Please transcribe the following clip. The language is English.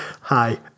hi